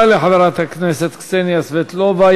תודה לחברת הכנסת קסניה סבטלובה.